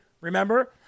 Remember